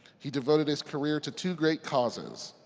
he devoted his career to two great causes.